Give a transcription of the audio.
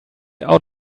out